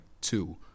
two